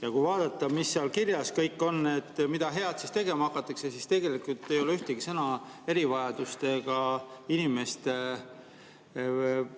Kui vaadata, mis seal kirjas kõik on, mida head tegema hakatakse, siis tegelikult ei ole seal ühtegi sõna erivajadustega inimeste